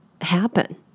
Happen